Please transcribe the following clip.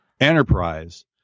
Enterprise